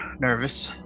Nervous